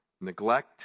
neglect